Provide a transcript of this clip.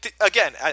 again